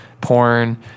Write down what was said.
Porn